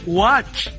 watch